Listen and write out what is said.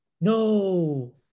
No